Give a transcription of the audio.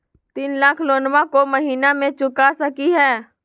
तीन लाख लोनमा को महीना मे चुका सकी हय?